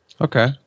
Okay